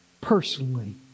personally